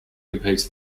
competes